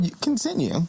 continue